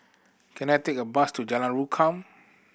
can I take a bus to Jalan Rukam